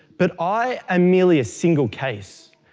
but i am merely a single case.